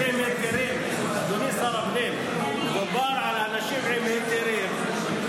אדוני שר הפנים, דובר על אנשים עם אינטרס.